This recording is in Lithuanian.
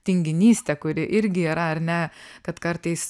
tinginystę kuri irgi yra ar ne kad kartais